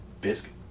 Biscuit